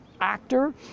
actor